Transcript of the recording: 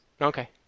Okay